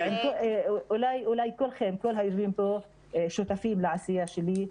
אולי כולכם, כל היושבים פה שותפים לעשייה שלי.